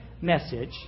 message